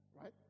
right